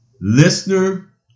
Listener